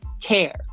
care